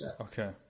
Okay